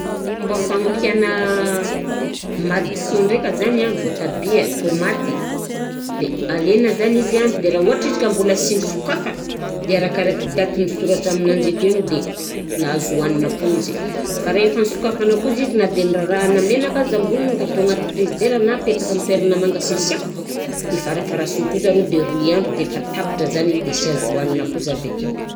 Fomba fagnompiana madkô ndraika zany an, voatabia, tômaty de alena zany izy an de raha ôhatr'izy ka mbôla sy nosokafana de arakaraky daty misoratra aminanjy ake igny de mbola azo hohanina foana izy fa rehefa nosokafana kosa izy na de nirarahana menaka aza amboniny ka atao anaty frizidera na apetraka amina toerana mangasiasiaka de farafaharasiny kosa rô de roy andro defa tapitra zany izy de de sy azo hohanina kosa avekeo.